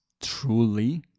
truly